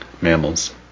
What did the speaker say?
Mammals